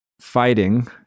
fighting